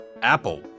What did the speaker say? Apple